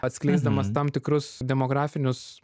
atskleisdamas tam tikrus demografinius